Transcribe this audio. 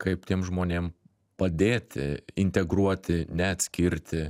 kaip tiem žmonėm padėti integruoti neatskirti